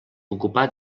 ocupà